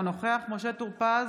אינו נוכח משה טור פז,